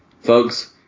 Folks